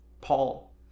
Paul